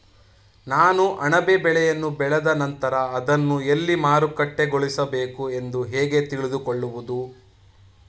ನಾನು ಅಣಬೆ ಬೆಳೆಯನ್ನು ಬೆಳೆದ ನಂತರ ಅದನ್ನು ಎಲ್ಲಿ ಮಾರುಕಟ್ಟೆಗೊಳಿಸಬೇಕು ಎಂದು ಹೇಗೆ ತಿಳಿದುಕೊಳ್ಳುವುದು?